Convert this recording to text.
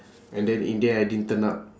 and then in the end I didn't turn up